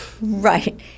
Right